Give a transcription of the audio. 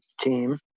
team